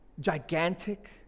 Gigantic